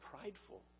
prideful